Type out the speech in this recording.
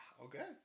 Okay